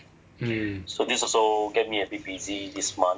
mm